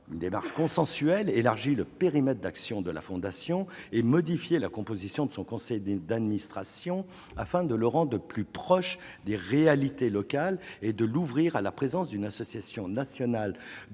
une démarche consensuelle élargi le périmètre d'action de la Fondation et modifier la composition de son conseil d'administration afin de Laurent de plus proche des réalités locales et de l'ouvrir à la présence d'une association nationale de protection